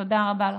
תודה רבה לכם.